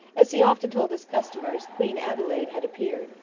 as he often told his customers, queen adelaide had appeared,